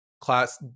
class